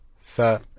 Sir